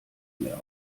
mehr